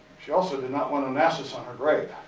she also did not want onassis on her grave.